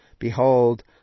Behold